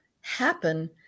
happen